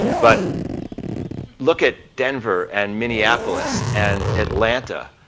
but look at denver and minneapolis and atlanta,